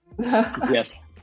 Yes